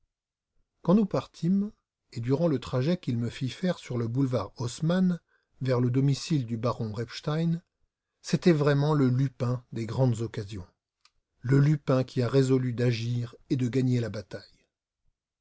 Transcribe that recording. quand nous partîmes et durant le trajet qu'il me fit faire sur le boulevard haussmann vers le domicile du baron repstein c'était vraiment le lupin des grandes occasions le lupin qui a résolu d'agir et de gagner la bataille